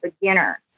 beginner